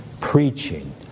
preaching